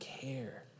care